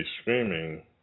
Screaming